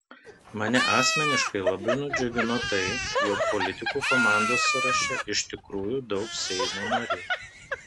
mane asmeniškai labai nudžiugino tai jog politikų komandos sąraše iš tikrųjų daug seimo narių